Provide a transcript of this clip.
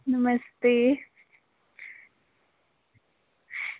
नमस्ते